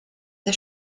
the